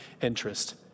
interest